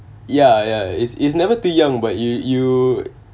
ya ya it's it's never too young but you you